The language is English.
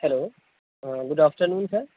hello good afternoon sir